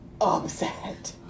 upset